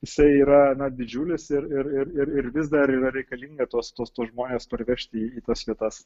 jisai yra na didžiulis ir ir ir ir ir vis dar yra reikalinga tuos tuos tuos žmones parvežti į tas vietas